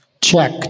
Check